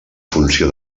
funció